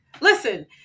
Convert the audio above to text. listen